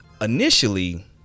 initially